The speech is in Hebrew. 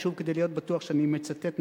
שוב כדי להיות בטוח שאני מצטט נכון,